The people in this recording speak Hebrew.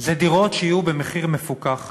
זה דירות שיהיו במחיר מפוקח.